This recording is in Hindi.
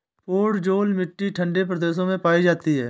पोडजोल मिट्टी ठंडे प्रदेशों में पाई जाती है